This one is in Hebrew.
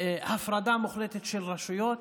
הפרדה מוחלטת של רשויות.